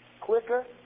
quicker